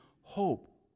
hope